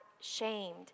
shamed